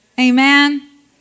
Amen